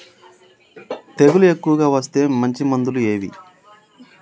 తెగులు ఎక్కువగా వస్తే మంచి మందులు ఏవి?